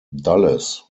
dulles